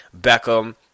Beckham